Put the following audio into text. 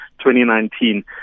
2019